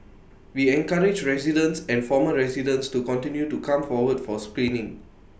we encourage residents and former residents to continue to come forward for screening